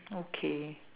okay